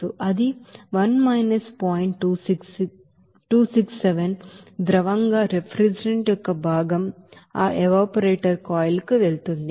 267 ద్రవంగా రిఫ్రిజిరెంట్ యొక్క భాగం ఆ ఎవాపరేటర్ కాయిల్ కు వెళుతుంది